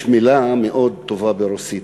יש מילה מאוד טובה ברוסית,